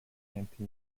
anti